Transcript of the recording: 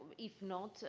if not.